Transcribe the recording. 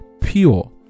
pure